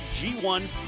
G1